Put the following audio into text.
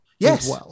yes